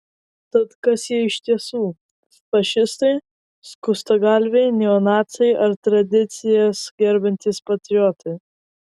tad kas jie iš tiesų fašistai skustagalviai neonaciai ar tradicijas gerbiantys patriotai